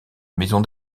maison